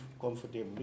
comfortably